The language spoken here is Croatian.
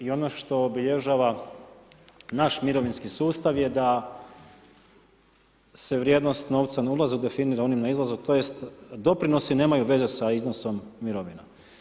I ono što obilježava naš mirovinski sustav je da se vrijednost novca na ulazu definira onim na izlazu tj. doprinosi nemaju veze s iznosom mirovine.